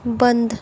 बंद